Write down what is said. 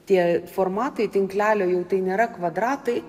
tie formatai tinklelio jau tai nėra kvadratai